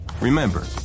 Remember